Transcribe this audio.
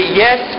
yes